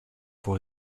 for